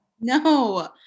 No